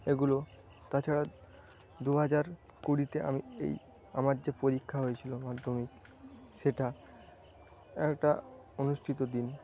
এগুলো তাছাড়া দু হাজার কুড়িতে আমি এই আমার যে পরীক্ষা হয়েছিল মাধ্যমিক সেটা একটা অনুষ্ঠিত দিন